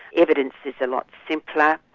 evidence is a lot simpler,